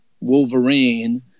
Wolverine